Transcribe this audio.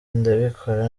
ndabikora